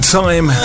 time